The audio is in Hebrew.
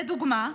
לדוגמה,